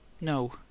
No